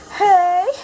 hey